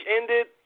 ended